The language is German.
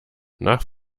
nach